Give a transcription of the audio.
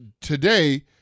today